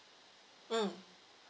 mm